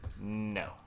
No